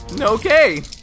Okay